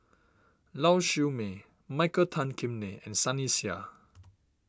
Lau Siew Mei Michael Tan Kim Nei and Sunny Sia